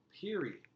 period